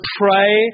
pray